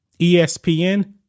ESPN